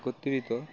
খুব পীড়িত